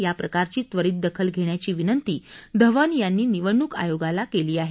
या प्रकाराची त्वरित दखल घेण्याची विनंती धवन यांनी निवडणूक आयोगाला केली आहे